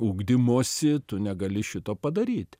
ugdymosi tu negali šito padaryt